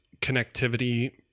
connectivity